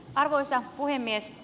arvoisa puhemies